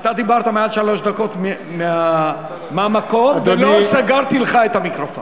אתה דיברת מעל שלוש דקות מהמקום ולא סגרתי לך את המיקרופון.